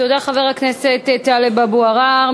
תודה, חבר הכנסת טלב אבו עראר.